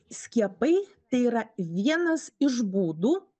skiepai tai yra vienas iš būdų